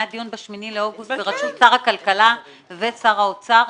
היה דיון ב-8 באוגוסט בראשות שר הכלכלה ושר האוצר,